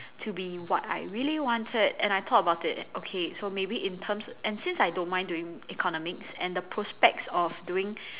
to be what I really wanted and I thought about it okay so maybe in terms and since I don't mind doing economics and the prospects of doing